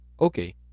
Okay